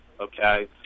Okay